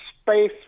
space